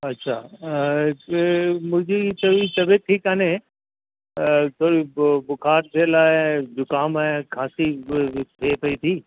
अछा अॼु मुंहिंजी थोरी तबियत ठीकु कोन्हे त कोई बुखार जे लाइ ऐं ज़ुखाम आहे खासी बि थिए पई थी